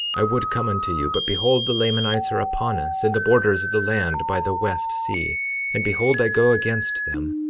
i would come unto you, but behold, the lamanites are upon us in the borders of the land by the west sea and behold, i go against them,